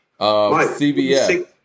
CBS